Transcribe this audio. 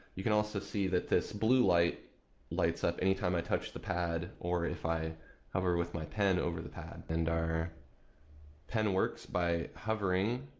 you can also see that this blue light lights up any time i touch the pad or if i hover with my pen over the pad. and our pen works by hovering